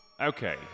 Okay